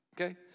Okay